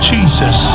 Jesus